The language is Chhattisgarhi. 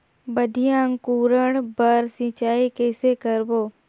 बढ़िया अंकुरण बर सिंचाई कइसे करबो?